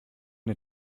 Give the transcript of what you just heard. der